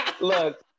Look